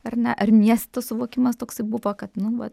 ar ne ar miesto suvokimas toksai buvo kad nu va